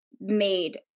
made